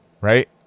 right